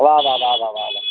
वाह वाह वाह वाह वाह वाह